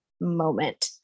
moment